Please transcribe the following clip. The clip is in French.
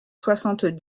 soixante